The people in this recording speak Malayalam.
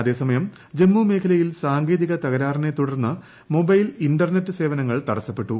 അതേസമയം ജമ്മു മേഖലയിൽ സാങ്കേതിക തകരാറിനെ തുടർന്ന് മൊബൈൽ ഇന്റർനെറ്റ് ്സേവനങ്ങൾ തടസ്സപ്പെട്ടു